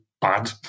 bad